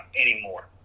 anymore